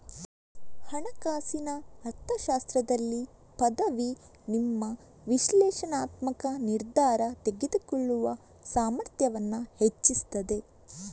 ಹಣಕಾಸಿನ ಅರ್ಥಶಾಸ್ತ್ರದಲ್ಲಿ ಪದವಿ ನಿಮ್ಮ ವಿಶ್ಲೇಷಣಾತ್ಮಕ ನಿರ್ಧಾರ ತೆಗೆದುಕೊಳ್ಳುವ ಸಾಮರ್ಥ್ಯವನ್ನ ಹೆಚ್ಚಿಸ್ತದೆ